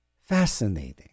fascinating